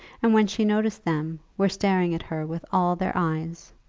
and when she noticed them, were staring at her with all their eyes.